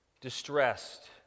distressed